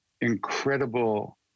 incredible